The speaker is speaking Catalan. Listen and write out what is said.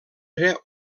era